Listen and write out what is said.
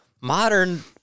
modern